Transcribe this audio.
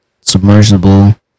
Submersible